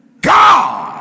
God